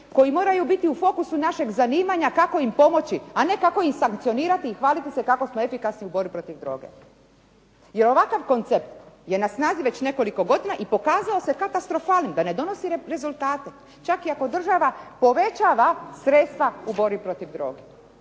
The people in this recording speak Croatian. koji moraju biti u fokusu našeg zanimanja kako im pomoći, a ne kako ih sankcionirati i hvaliti se kako smo efikasni u borbi protiv droge. Jer ovakav koncept je snazi već nekoliko godina i pokazao se katastrofalnih, da ne donosi rezultat, čak i ako država povećava sredstva u borbi protiv droge